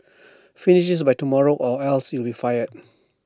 finish this by tomorrow or else you'll be fired